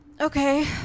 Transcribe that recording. Okay